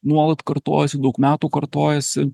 nuolat kartojasi daug metų kartojasi